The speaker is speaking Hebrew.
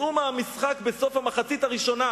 יצאו מהמשחק בסוף המחצית הראשונה.